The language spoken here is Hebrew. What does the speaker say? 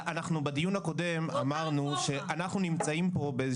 בדיון הקודם אנחנו אמרנו שאנחנו נמצאים פה באיזה